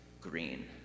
green